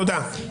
תודה.